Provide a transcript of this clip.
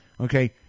okay